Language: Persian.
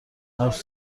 حرف